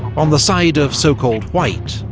on the side of so-called white,